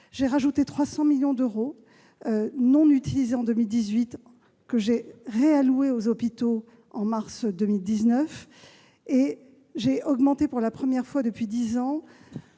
J'ai ajouté 300 millions d'euros non utilisés en 2018, que j'ai réalloués aux hôpitaux en mars 2019. J'ai également augmenté pour la première fois depuis dix ans